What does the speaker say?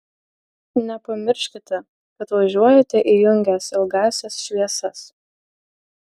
nepamirškite kad važiuojate įjungęs ilgąsias šviesas